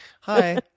Hi